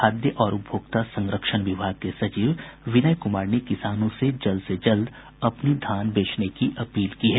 खाद्य और उपभोक्ता संरक्षण विभाग के सचिव विनय कुमार ने किसानों से जल्द से जल्द अपनी धान बेचने की अपील की है